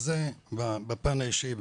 אז זה בפן האישי,